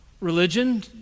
religion